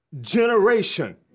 generation